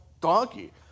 donkey